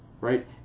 right